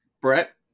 Brett